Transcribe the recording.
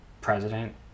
president